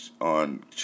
on